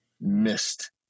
missed